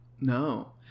no